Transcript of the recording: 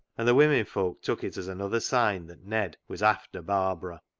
and the women folk took it as another sign that ned was after barbara.